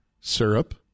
syrup